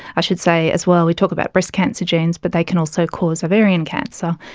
i should say as well, we talk about breast cancer genes but they can also cause ovarian cancer,